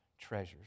treasures